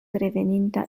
reveninta